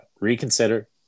reconsider